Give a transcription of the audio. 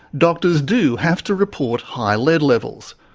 doctors do have to report high lead levels.